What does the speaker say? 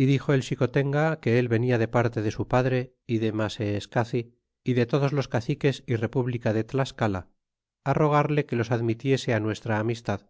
y dixo el xicotenga que él venia de parte de su padre y de maseescaci y de todos los caciques y república de tlascala rogarle que los admitiese nuestra amistad